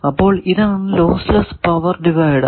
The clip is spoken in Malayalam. അപ്പോൾ ഇതാണ് ലോസ് ലെസ്സ് പവർ ഡിവൈഡർ